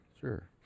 Sure